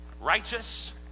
righteous